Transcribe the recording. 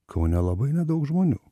kaune labai nedaug žmonių